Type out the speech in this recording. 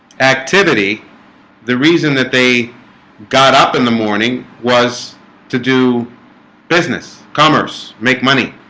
activity the reason that they got up in the morning was to do business commerce make money